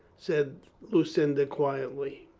said lucinda quietly.